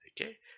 okay